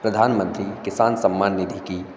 प्रधानमंत्री किसान सम्मान निधि की